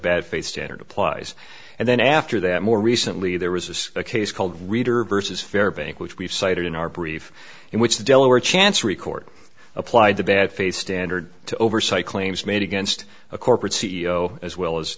bad faith standard applies and then after that more recently there was a case called reader versus fair bank which we've cited in our brief in which the delaware chancery court applied to bad faith standard to oversight claims made against a corporate c e o as well as